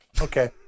okay